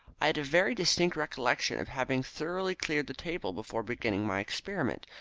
i had a very distinct recollection of having thoroughly cleared the table before beginning my experiment,